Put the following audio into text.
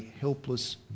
helpless